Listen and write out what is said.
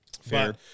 Fair